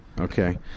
Okay